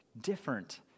different